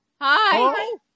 Hi